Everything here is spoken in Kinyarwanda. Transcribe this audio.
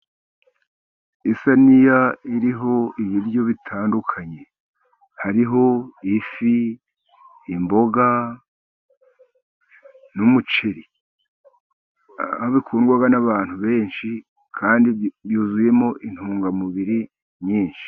Isiniya iriho ibiryo bitandukanye ,hariho ifi, imboga, n'umuceri ,bikundwa n'abantu benshi kandi byuzuyemo intungamubiri nyinshi.